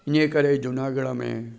ईअं करे जूनागढ़ में